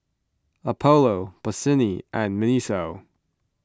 Apollo Bossini and Miniso